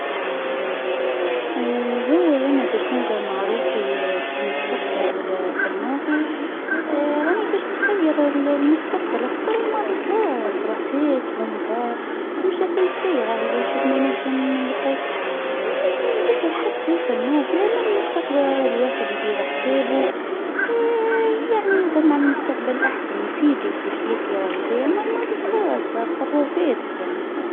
ها هو انا لو كان خيروني بنتحكم في احلامي ولا في احلام لخرين راني نتحكم في النام تاعي اماش تاع الناس باش نفهمني فيهم انا ليه نحرمهم منهم راه كل واحد مسؤول على روحو خلي الناس يعيشو ويحلمو كي حبو وانا نتحكم فأحلامي واحد ما يدخلو فلوخر هادي هي حياتي انا